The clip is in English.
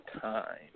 time